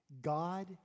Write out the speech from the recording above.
God